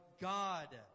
God